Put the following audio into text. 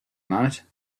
night